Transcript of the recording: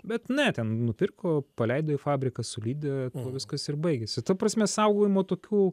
bet ne ten nupirko paleido į fabriką sulydė tuo viskas ir baigėsi ta prasme saugojimo tokių